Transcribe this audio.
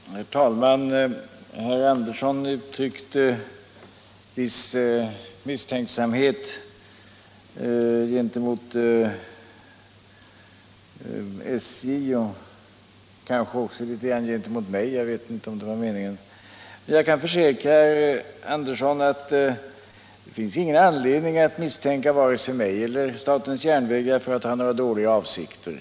Herr talman! Herr Andersson i Ljung uttryckte viss misstänksamhet gentemot SJ och kanske också mot mig. Jag vet inte om det var meningen. Jag kan försäkra herr Andersson att det inte finns någon anledning att misstänka vare sig mig eller statens järnvägar för att ha några dåliga avsikter.